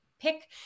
pick